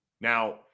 Now